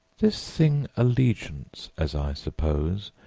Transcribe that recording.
this thing allegiance, as i suppose,